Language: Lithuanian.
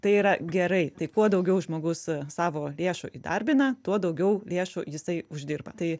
tai yra gerai tai kuo daugiau žmogus savo lėšų įdarbina tuo daugiau lėšų jisai uždirba tai